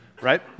right